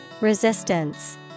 Resistance